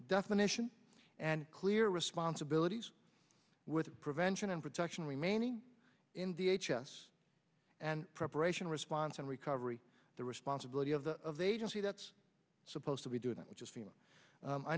definition and clear responsibilities with prevention and protection remaining in the h s and preparation response and recovery the responsibility of the of agency that's supposed to be doing that which is